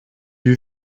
you